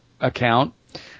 account